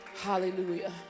Hallelujah